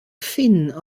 finn